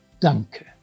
Danke